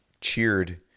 cheered